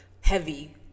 heavy